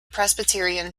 presbyterian